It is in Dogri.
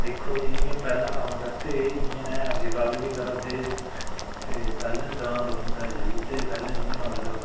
दिक्खो जी जियां पैह्ला कम्म करदे इ'यै नेहा अज्जकल बी करा दे ते पैह्ला दांद खुम्बै जुगड़दे पैह्लें जियां मतलब